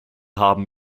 haben